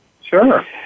Sure